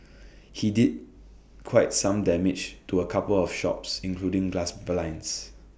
he did quite some damage to A couple of shops including glass blinds